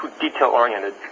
detail-oriented